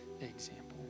example